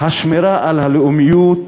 השמירה על הלאומיות,